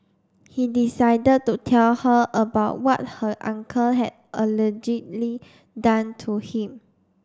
he decided to tell her about what her uncle had allegedly done to him